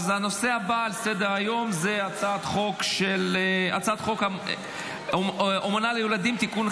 אז הנושא הבא על סדר-היום הוא הצעת חוק אומנה לילדים (תיקון,